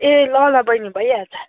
ए ल ल बैनी भइहाल्छ